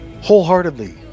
wholeheartedly